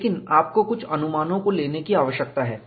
लेकिन आपको कुछ अनुमानों को लेने की आवश्यकता है